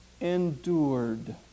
endured